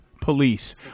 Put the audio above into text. police